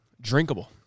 drinkable